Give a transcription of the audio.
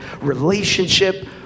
relationship